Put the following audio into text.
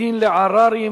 (בית-דין לעררים),